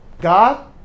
God